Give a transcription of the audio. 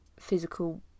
physical